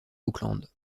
auckland